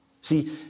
See